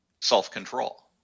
self-control